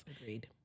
Agreed